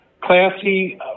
classy